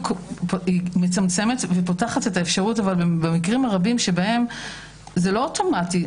מצמצמת ופותחת אפשרות במקרים רבים שבהם זה לא אוטומטי.